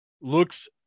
Looks